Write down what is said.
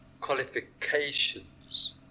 qualifications